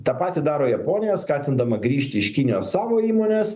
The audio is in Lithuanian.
tą patį daro japonija skatindama grįžti iš kinijos savo įmones